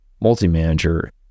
multi-manager